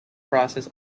process